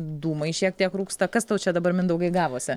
dūmai šiek tiek rūksta kas tau čia dabar mindaugai gavosi